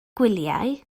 gwyliau